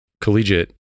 collegiate